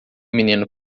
menino